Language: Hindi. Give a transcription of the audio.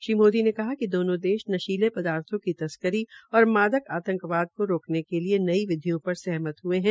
श्री मोदी ने कहा कि दोनों देश नशीले पदार्थो की तस्करी और मादक आतंकवाद को रोकने के लिए नई विधियों पर सहमत हये है